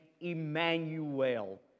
Emmanuel